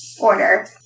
order